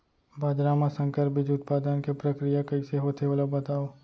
बाजरा मा संकर बीज उत्पादन के प्रक्रिया कइसे होथे ओला बताव?